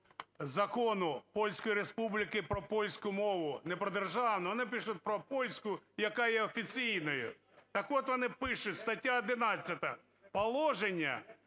Закону Польської Республіки про польську мову, не про державну, вони пишуть "про польську", яка є офіційною. Так от, вони пишуть, стаття 11: "Положення